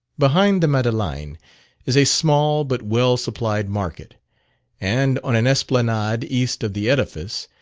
behind the madeleine is a small but well supplied market and on an esplanade east of the edifice,